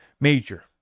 major